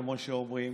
כמו שאומרים,